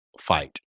fight